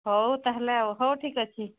ହଉ ତା'ହେଲେ ଆଉ ହଉ ଠିକ୍ ଅଛି